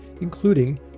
including